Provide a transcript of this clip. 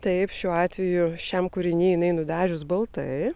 taip šiuo atveju šiam kūriny jinai nudažius baltai